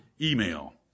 email